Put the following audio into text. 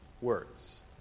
words